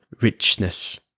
richness